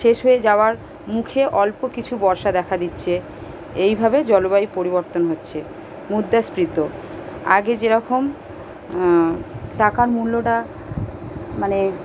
শেষ হয়ে যাওয়ার মুখে অল্প কিছু বর্ষা দেখা দিচ্ছে এইভাবে জলবায়ু পরিবর্তন হচ্ছে মুদ্রাস্ফীতি আগে যেরকম টাকার মূল্যটা মানে